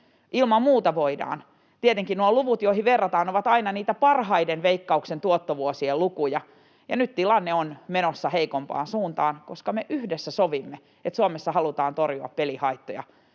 Ilman muuta voidaan. Tietenkin nuo luvut, joihin verrataan, ovat aina niitä Veikkauksen parhaiden tuottovuosien lukuja, ja nyt tilanne on menossa heikompaan suuntaan, koska me yhdessä sovimme, että Suomessa halutaan torjua pelihaittoja